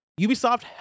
ubisoft